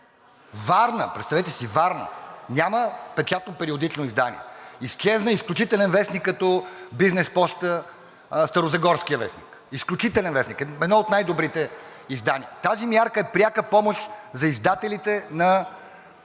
Варна, представете си Варна, няма печатно периодично издание. Изчезна изключителен вестник като „Бизнес поща“ – старозагорският вестник, изключителен вестник, едно от най-добрите издания. Тази мярка е пряка помощ за издателите на